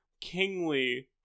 kingly